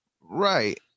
Right